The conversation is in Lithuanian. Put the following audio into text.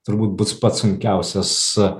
turbūt bus pats sunkiausias